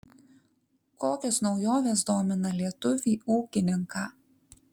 kokios naujovės domina lietuvį ūkininką